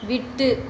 விட்டு